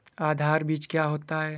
आधार बीज क्या होता है?